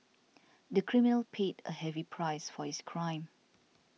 the criminal paid a heavy price for his crime